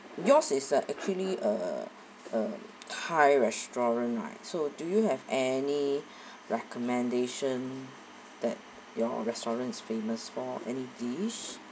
yours is a actually uh uh thai restaurant right so do you have any recommendation that your restaurant is famous for any dish